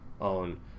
own